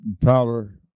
tyler